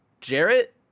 Jarrett